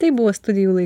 tai buvo stadionai